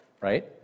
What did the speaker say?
right